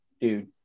dude